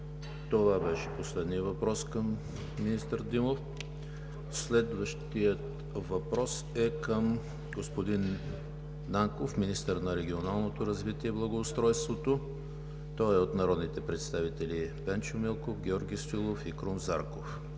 Това беше последният въпрос към министър Димов. Следващият въпрос е към господин Нанков – министър на регионалното развитие и благоустройството. Той е от народните представители Пенчо Милков, Георги Стоилов и Крум Зарков